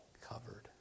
covered